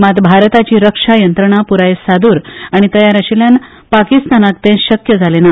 मात भारताची रक्षा यंत्रणा पुराय सादूर आनी तयार आशिल्ल्यान पाकिस्तानाक ते शक्य जालेना